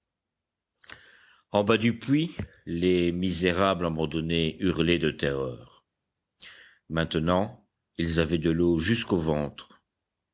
en bas du puits les misérables abandonnés hurlaient de terreur maintenant ils avaient de l'eau jusqu'au ventre